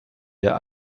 der